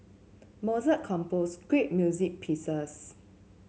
Mozart composed great music pieces